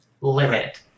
limit